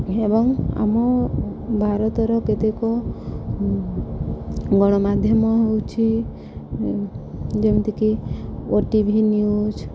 ଏବଂ ଆମ ଭାରତର କେତେକ ଗଣମାଧ୍ୟମ ହେଉଛି ଯେମିତିକି ଓ ଟି ଭି ନ୍ୟୁଜ୍